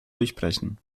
durchbrechen